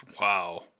Wow